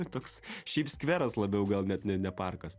toks šiaip skveras labiau gal net ne ne parkas